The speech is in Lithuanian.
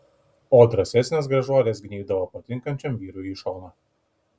o drąsesnės gražuolės gnybdavo patinkančiam vyrui į šoną